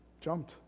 jumped